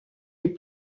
les